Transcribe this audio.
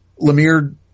Lemire